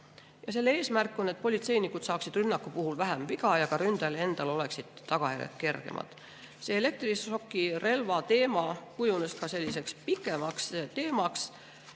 Selle eesmärk on, et politseinikud saaksid rünnaku puhul vähem viga ja ka ründajale endale oleksid tagajärjed kergemad. Elektrišokirelva teema kujunes ka selliseks pikemaks teemaks.